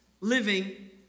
Living